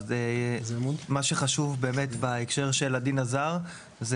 אז מה שחשוב באמת בהקשר של הדין הזר זה